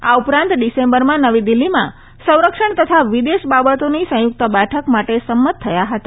આ ઉપરાંત ડિસેમ્બરમાં નવી દિલ્ફીમાં સંરક્ષણ તથા વિદેશ બાબતોની સંયુક્ત બેઠક માટે સંમત થયા હતા